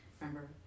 remember